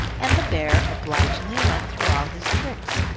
and the bear obligingly went through all his tricks.